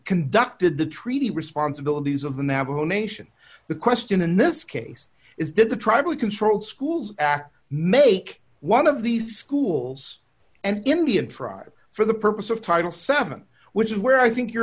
conducted the treaty responsibilities of the navajo nation the question in this case is did the tribal control schools act make one of these schools and indian tribes for the purpose of title seven which is where i think you